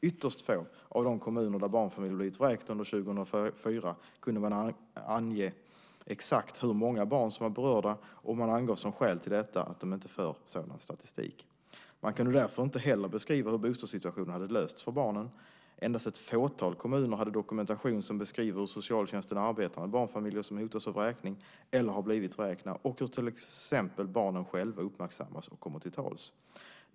Ytterst få av de kommuner där barnfamiljer blivit vräkta under 2004 kunde exakt ange hur många barn som var berörda och angav som skäl till detta att de inte för sådan statistik. Man kunde därför inte heller beskriva hur bostadssituationen hade lösts för barnen. Endast ett fåtal kommuner hade dokumentation som beskriver hur socialtjänsten arbetar med barnfamiljer som hotas av vräkning eller har blivit vräkta och hur till exempel barnen själva uppmärksammas och kommer till tals.